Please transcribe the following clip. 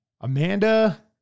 Amanda